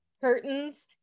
curtains